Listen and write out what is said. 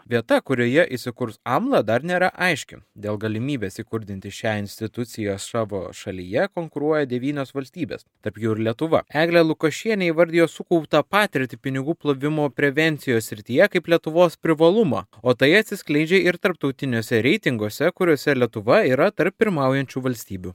vieta kurioje įsikurs amla dar nėra aiški dėl galimybės įkurdinti šią instituciją savo šalyje konkuruoja devynios valstybės tarp jų ir lietuva eglė lukošienė įvardijo sukauptą patirtį pinigų plovimo prevencijos srityje kaip lietuvos privalumą o tai atsiskleidžia ir tarptautiniuose reitinguose kuriuose lietuva yra tarp pirmaujančių valstybių